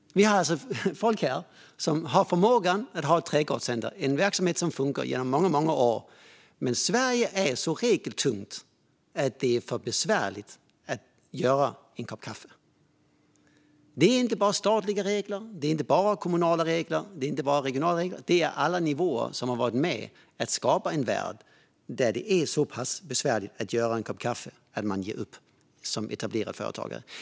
Det här trädgårdscentret har funkat bra i många år, men eftersom Sverige är så regeltungt blir det för besvärligt för dem att servera kaffe. Alla nivåer - stat, region och kommun - har varit med och skapat en värld där det är så besvärligt att servera kaffe att etablerade företagare ger upp.